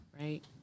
right